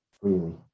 freely